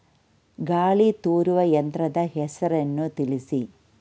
ಗಾಳಿ ತೂರುವ ಯಂತ್ರದ ಹೆಸರನ್ನು ತಿಳಿಸಿ?